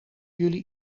jullie